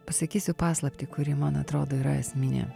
pasakysiu paslaptį kuri man atrodo yra esminė